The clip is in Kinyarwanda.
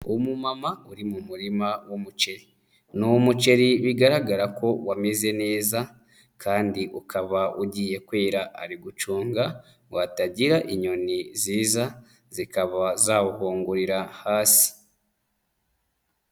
Umumama uri mu murima w'umuceri, ni umuceri bigaragara ko wameze neza kandi ukaba ugiye kwera, ari gucunga ngo hatagira inyoni ziza zikaba zawuhungurira hasi.